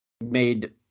made